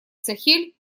сахель